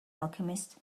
alchemist